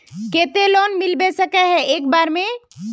केते लोन मिलबे सके है एक बार में?